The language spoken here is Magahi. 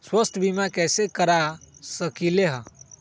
स्वाथ्य बीमा कैसे करा सकीले है?